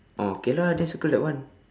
oh okay lah then circle that one